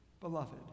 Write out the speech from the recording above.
Beloved